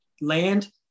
Land